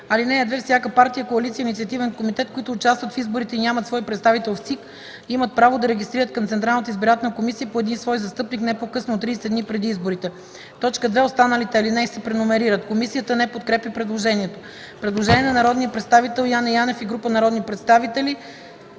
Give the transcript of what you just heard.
ал. 2: „(2) Всяка партия, коалиция и инициативен комитет, които участват в изборите и нямат свой представител в ЦИК, имат право да регистрират към Централната избирателна комисия по един свой застъпник не по-късно от 30 дни преди изборите.” 2. Останалите алинеи се преномерират. Комисията не подкрепя предложението. Предложение на народния представител Яне Янев и група народни представители: